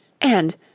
And